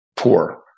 poor